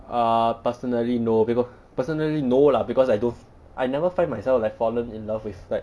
err personally no be~ personally no lah because I do~ I never find myself like fallen in love with like